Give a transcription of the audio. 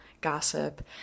gossip